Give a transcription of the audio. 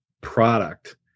product